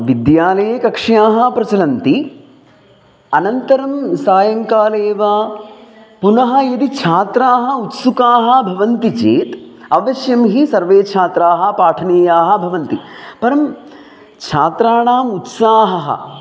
विद्यालये कक्षाः प्रचलन्ति अनन्तरं सायङ्काले वा पुनः यदि छात्राः उत्सुकाः भवन्ति चेत् अवश्यं हि सर्वे छात्राः पाठनीयाः भवन्ति परं छात्राणाम् उत्साहः